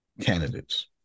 candidates